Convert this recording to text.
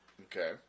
Okay